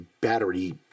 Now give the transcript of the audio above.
battery